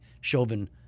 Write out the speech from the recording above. Chauvin